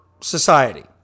society